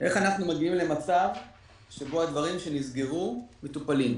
איך אנחנו מגיעים למצב שבו הדברים שנסגרו מטופלים?